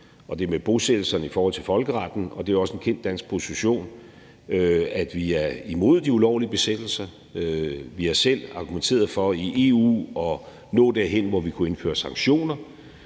– det med bosættelserne og det i forhold til folkeretten – og det er også en kendt dansk position, at vi er imod de ulovlige besættelser. Vi har selv argumenteret for i EU at nå derhen, hvor vi kunne indføre sanktioner.